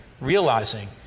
Realizing